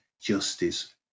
justice